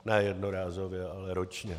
Ne jednorázově, ale ročně.